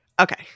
Okay